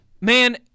Man